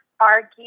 Argue